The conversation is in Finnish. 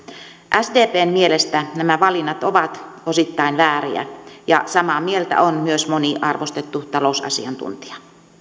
sdpn mielestä nämä valinnat ovat osittain vääriä ja samaa mieltä on myös moni arvostettu talousasiantuntija